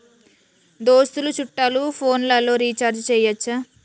దోస్తులు చుట్టాలు ఫోన్లలో రీఛార్జి చేయచ్చా?